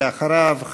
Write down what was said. ואחריו,